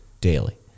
daily